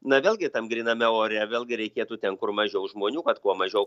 na vėlgi tam gryname ore vėlgi reikėtų ten kur mažiau žmonių kad kuo mažiau